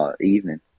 evening